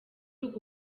uko